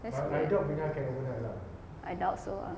that's weird I doubt so ah